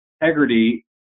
integrity